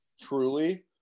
truly